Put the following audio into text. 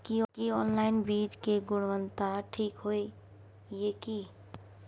की online बीज के गुणवत्ता ठीक होय ये की?